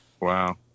wow